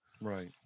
right